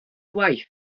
waith